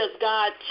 God